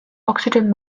oxygen